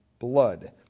blood